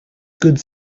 goods